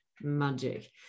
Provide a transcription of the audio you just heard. magic